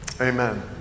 Amen